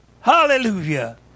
Hallelujah